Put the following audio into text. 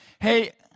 Hey